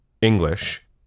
English